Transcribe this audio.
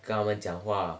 跟他们讲话